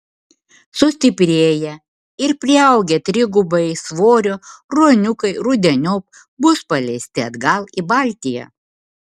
sustiprėję ir priaugę trigubai svorio ruoniukai rudeniop bus paleisti atgal į baltiją